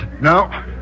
No